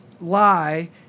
lie